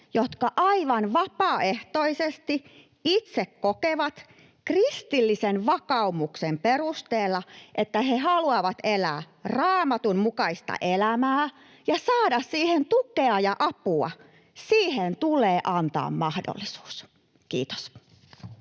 jotka aivan vapaaehtoisesti itse kokevat kristillisen vakaumuksen perusteella, että he haluavat elää Raamatun mukaista elämää ja saada siihen tukea ja apua, tulee antaa mahdollisuus. — Kiitos.